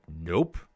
nope